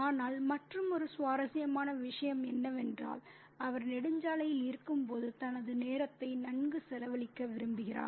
ஆனால் மற்றுமொரு சுவாரஸ்யமான விஷயம் என்னவென்றால் அவர் நெடுஞ்சாலையில் இருக்கும்போது தனது நேரத்தை நன்கு செலவழிக்க விரும்புகிறார்